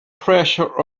pressure